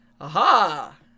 Aha